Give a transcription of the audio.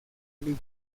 olivo